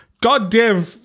goddamn